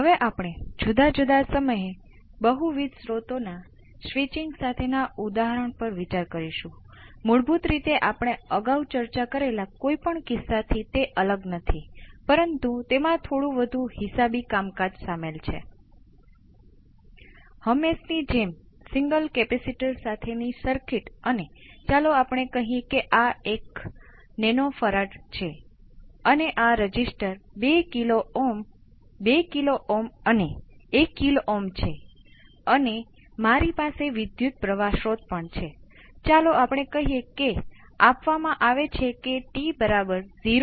હવે આપણને જે સોલ્યુશન મળ્યું તે એક સામાન્ય હતું સિવાય કે જ્યારે ખાસ કેસ SCR 1 0 થાય આપણા સામાન્ય સંકેતનો અર્થ છે જ્યારે ઉત્તેજીત એક્સપોનેનશીયલ એ જ ટાઈમ કોંસ્ટંટ જે પ્રથમ ઓર્ડર સિસ્ટમ નો નેચરલ રિસ્પોન્સ હોય તો જે આપણને મળ્યો તે ઉકેલ વ્યાખ્યાયિત નથી કારણ કે છેદ 0 પર ગયો